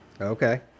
Okay